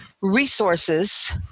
resources